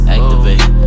Activate